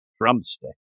drumstick